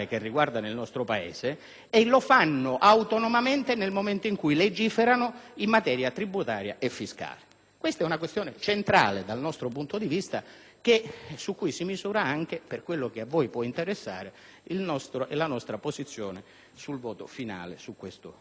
e lo fanno autonomamente nel momento in cui legiferano in materia tributaria e fiscale. Si tratta di una questione centrale dal nostro punto di vista, su cui si misura, per quello che a voi può interessare, la nostra posizione in merito al voto finale su questo provvedimento.